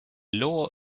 lower